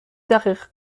دقیقه